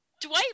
Dwight